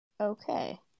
okay